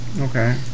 Okay